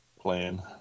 plan